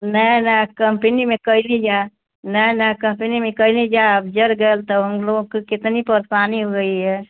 नए नए कम्पनी में कइनीजा नए नए कम्पनी में कइनीजा अब जल गइल तो हम लोगों को कितनी परेसानी हो रही है